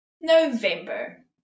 November